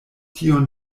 tiu